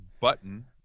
button